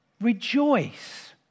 Rejoice